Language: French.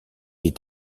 est